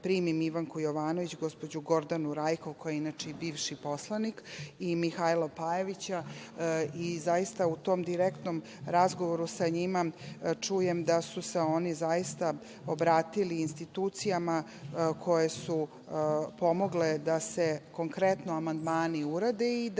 primim, Ivanku Jovanović, gospođu Gordanu Rajkov koja je inače i bivši poslanik i Mihajla Pajevića. Zaista u tom direktnom razgovoru sa njima, čujem da su se oni zaista obratili institucijama koje su pomogle da se konkretno amandmani urade i da